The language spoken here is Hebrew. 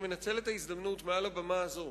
אני מנצל את ההזדמנות מעל הבמה הזאת